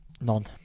None